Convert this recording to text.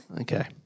Okay